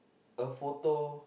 the photo